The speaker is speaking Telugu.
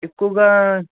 ఎక్కువగా